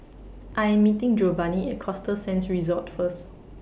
I Am meeting Jovanny At Costa Sands Resort First